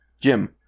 Jim